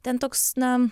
ten toks na